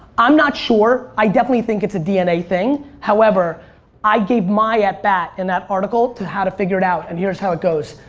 i'm not sure. i definitely think it's a dna thing however i gave my at-bat in that article to how to figure it out and here's how it goes.